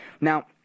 Now